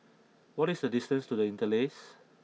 what is the distance to The Interlace